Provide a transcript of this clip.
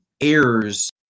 errors